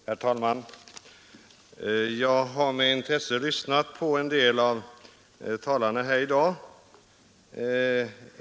Herr talman! Jag har med intresse lyssnat på vissa av dagens talare.